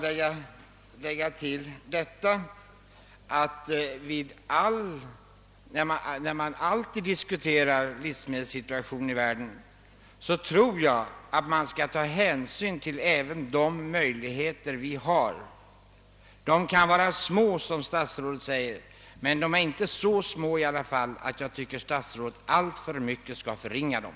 Jag vill tillägga att när man diskuterar livsmedelssituationen i världen bör man alltid ta hänsyn till även våra möjligheter att bidra med jordbruksprodukter. De kan vara små, som statsrådet sade, men de är inte så små att statsrådet helt skall förringa dem.